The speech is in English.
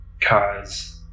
cause